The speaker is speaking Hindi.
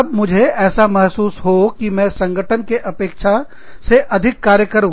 तब मुझे ऐसा महसूस हो कि मैं संगठन के अपेक्षा से अधिक कार्य करूँ